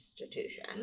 Institution